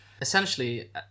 Essentially